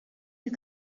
you